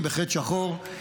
בחץ שחור,